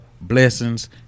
blessings